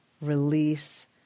release